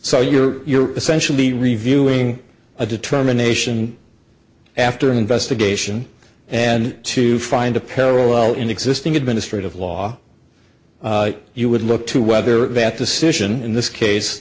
so you're essentially reviewing a determination after an investigation and to find a parallel in existing administrative law you would look to whether that decision in this case